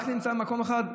זה נמצא רק במקום אחד?